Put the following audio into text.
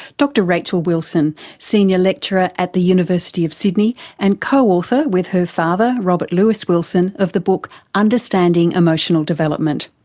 dr rachel wilson, senior lecturer at the university of sydney and co-author with her father robert lewis wilson of the book understanding emotional development.